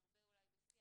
נרבה אולי בשיח,